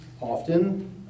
often